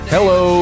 Hello